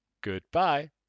goodbye